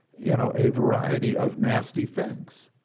you know, a variety of nasty things.